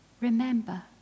Remember